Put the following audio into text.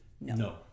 No